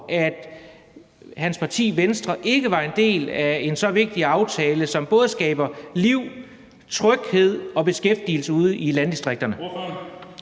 at hans parti, Venstre, ikke var en del af en så vigtig aftale, som både skaber liv, tryghed og beskæftigelse ude i landdistrikterne.